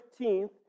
15th